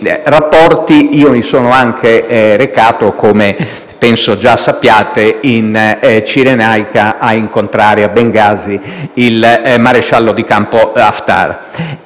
rapporti. Io mi sono anche recato - come penso già sappiate - in Cirenaica, a Bengasi, a incontrare il maresciallo di campo Haftar.